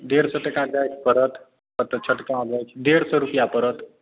डेढ़ सए टकाके पड़त छोटका गाछ डेढ़ सए टका पड़त